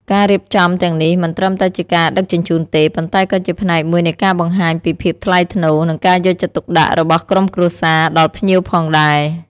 ការរៀបចំទាំងនេះមិនត្រឹមតែជាការដឹកជញ្ជូនទេ ប៉ុន្តែក៏ជាផ្នែកមួយនៃការបង្ហាញពីភាពថ្លៃថ្នូរ និងការយកចិត្តទុកដាក់របស់ក្រុមគ្រួសារដល់ភ្ញៀវផងដែរ។